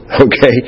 Okay